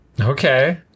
Okay